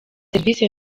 serivisi